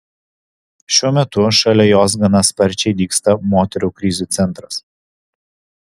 šiuo metu šalia jos gana sparčiai dygsta moterų krizių centras